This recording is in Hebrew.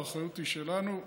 האחריות היא שלנו,